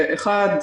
ראשית,